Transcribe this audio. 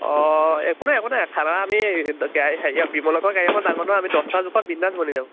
অঁ একো নাই একো নাই খানা আমি গাড়ী হেৰি বিমলৰ ঘৰৰ কেৰাহীখন ডাঙৰ নহয় আমি দছটা জোখত বিন্দাছ বনি যাব